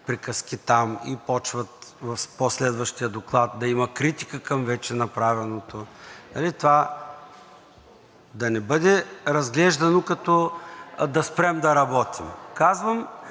приказки там и започва в последващия доклад да има критика към вече направеното. (Реплики.) Да не бъде разглеждано, като да спрем да работим. Казвам